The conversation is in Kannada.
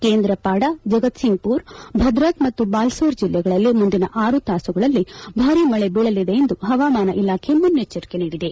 ಕೇದ್ರಾಪಾಡಾ ಜಗತ್ಸಿಂಗ್ಪೂರ್ ಭದ್ರತ್ ಮತ್ತು ಬಾಲಸೋರ್ ಜಲ್ಲೆಗಳಲ್ಲಿ ಮುಂದಿನ ಆರು ತಾಸುಗಳಲ್ಲಿ ಭಾರೀ ಮಳೆ ಬೀಳಲಿದೆ ಎಂದು ಹವಾಮಾನ ಇಲಾಖೆ ಮುನ್ನೆಚ್ಚರಿಕೆ ನೀಡಿದೆ